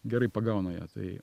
gerai pagauna ją tai